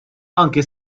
anke